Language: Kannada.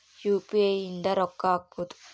ಯು.ಪಿ.ಐ ಇಂದ ರೊಕ್ಕ ಹಕ್ಬೋದು